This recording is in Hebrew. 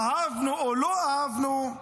אהבנו או לא אהבנו,